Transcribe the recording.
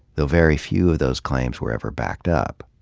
though very few of those cla ims were ever backed up.